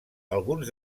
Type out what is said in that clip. alguns